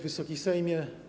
Wysoki Sejmie!